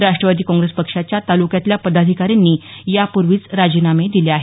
राष्ट्रवादी काँग्रेस पक्षाच्या तालुक्यातल्या पदाधिकाऱ्यांनी यापूर्वीच राजीनामे दिले आहेत